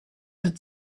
had